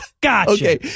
Gotcha